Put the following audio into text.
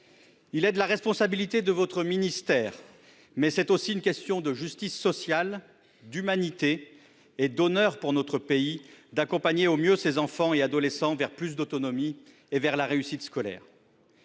Il est de la responsabilité de votre ministère, mais c'est aussi une question de justice sociale, d'humanité et d'honneur pour notre pays, d'accompagner au mieux ces enfants et adolescents vers plus d'autonomie et vers la réussite scolaire.